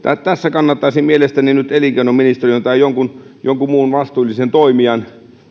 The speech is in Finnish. tässä kannattaisi mielestäni nyt elinkeinoministeriön tai jonkun jonkun muun vastuullisen toimijan